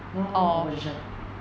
no no no opposition